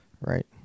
Right